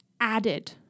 added